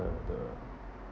the the